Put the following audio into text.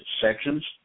sections